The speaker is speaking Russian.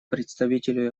представителю